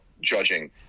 judging